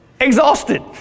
Exhausted